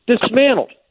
Dismantled